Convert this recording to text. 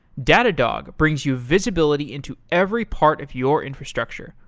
datadog brings you visibility into every part of your infrastructure,